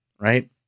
right